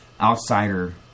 outsider